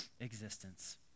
existence